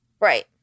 right